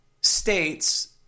states